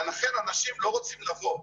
לכן אנשים לא רוצים לבוא.